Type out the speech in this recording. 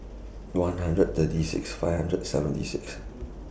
one hundred thirty six five hundred seventy six